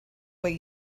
way